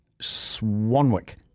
Swanwick